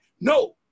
No